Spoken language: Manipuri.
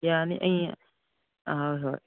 ꯌꯥꯅꯤ ꯑꯩ ꯍꯣꯏ